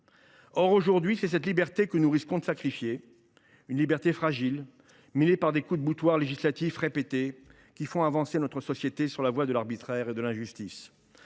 Or, aujourd’hui, c’est cette liberté que nous risquons de sacrifier, une liberté fragile, minée par des coups de boutoir législatifs répétés, qui font avancer la société sur la voie de l’arbitraire et de l’injustice.